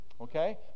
Okay